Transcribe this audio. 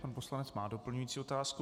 Pan poslanec má doplňující otázku.